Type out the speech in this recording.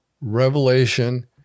revelation